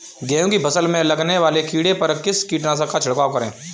गेहूँ की फसल में लगने वाले कीड़े पर किस कीटनाशक का छिड़काव करें?